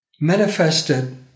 manifested